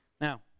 Now